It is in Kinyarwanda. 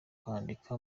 kwandika